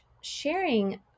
sharing